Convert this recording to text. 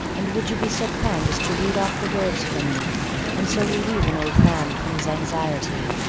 and would you be so kind as to read off the words for me and so relieve an old man from his anxiety.